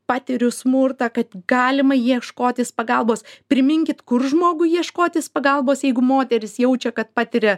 patiriu smurtą kad galima ieškotis pagalbos priminkit kur žmogui ieškotis pagalbos jeigu moteris jaučia kad patiria